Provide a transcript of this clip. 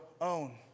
own